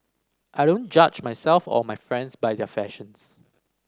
I don't judge myself or my friends by their fashions